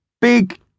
Big